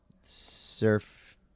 surf